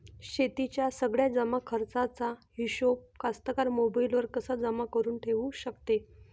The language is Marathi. शेतीच्या सगळ्या जमाखर्चाचा हिशोब कास्तकार मोबाईलवर कसा जमा करुन ठेऊ शकते?